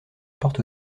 apporte